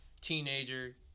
Teenager